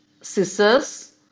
scissors